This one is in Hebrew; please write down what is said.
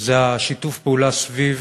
היא שיתוף הפעולה סביב